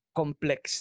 complex